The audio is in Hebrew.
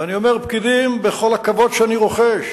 אני אומר "פקידים" בכל הכבוד שאני רוחש